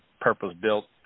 purpose-built